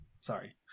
Sorry